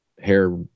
hair